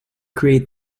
create